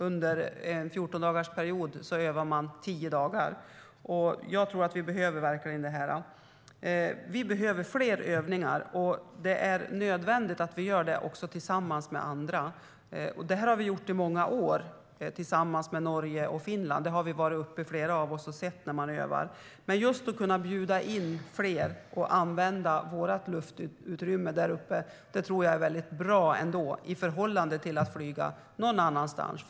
Under en fjortondagarsperiod övar man tio dagar. Jag tror att vi verkligen behöver det här. Vi behöver fler övningar. Och det är nödvändigt att vi gör det tillsammans med andra. Det har vi gjort i många år, tillsammans med Norge och Finland. Flera av oss har varit uppe och tittat när man har övat. Men att kunna bjuda in fler och använda vårt luftutrymme där uppe tror jag ändå är bra, i förhållande till att flyga någon annanstans.